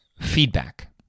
feedback